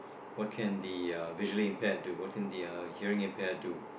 what can the uh visually impaired do what can the uh hearing impaired do